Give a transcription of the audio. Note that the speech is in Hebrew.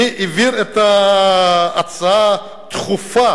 מי העביר את ההצעה הדחופה?